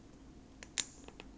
mm